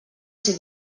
ser